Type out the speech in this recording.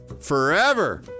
forever